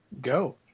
Go